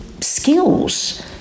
skills